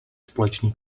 společný